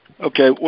Okay